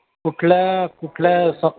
कुठल्या कुठल्या स